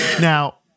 Now